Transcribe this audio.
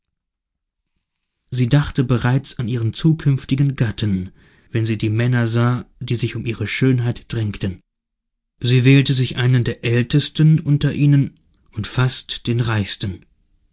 sie dachte bereits an ihren zukünftigen gatten wenn sie die männer sah die sich um ihre schönheit drängten sie wählte sich einen der ältesten unter ihnen und fast den reichsten